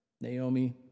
Naomi